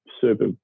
super